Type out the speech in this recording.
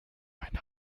mein